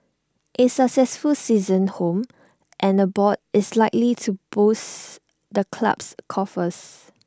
A successful season home and the abroad is likely to boost the club's coffers